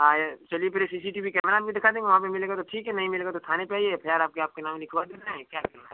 हाँ या चलिए पहले C C T V camera में दिखा देंगे वहाँ पर मिलेगा तो ठीक है नहीं मिलेगा तो थाने पर आइए एफआर आपके आपके नाम लिखवा दे रहे हैं क्या करना है